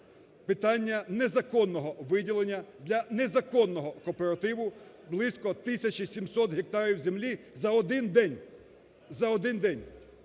питання незаконного виділення для незаконного кооперативу близько 1 тисячі 700 гектарів землі за один день,